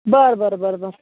बरं बरं बरं बरं